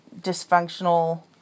dysfunctional